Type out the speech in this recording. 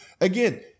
Again